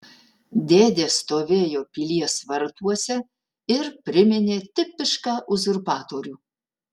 dėdė stovėjo pilies vartuose ir priminė tipišką uzurpatorių